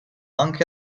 anche